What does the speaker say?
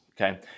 Okay